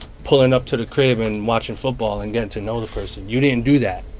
pulling up to the crib and watching football and getting to know the person. you didn't do that.